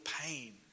pain